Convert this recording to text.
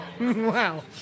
wow